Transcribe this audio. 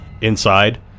Inside